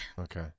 Okay